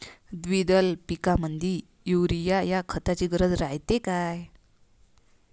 द्विदल पिकामंदी युरीया या खताची गरज रायते का?